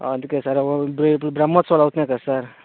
అందుకే సార్ రేపు బ్రహ్మోత్సవాలు అవుతున్నాయి కదా సార్